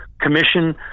commission